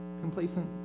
complacent